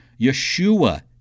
Yeshua